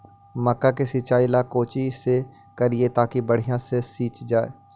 मक्का के सिंचाई ला कोची से करिए ताकी बढ़िया से सींच जाय?